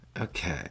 Okay